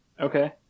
Okay